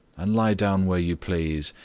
and lie down where you please,